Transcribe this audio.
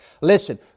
Listen